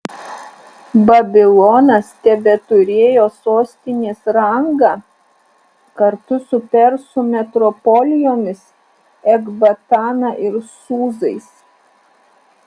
babilonas tebeturėjo sostinės rangą kartu su persų metropolijomis ekbatana ir sūzais